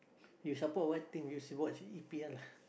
you support what thing you should watch e_p_l lah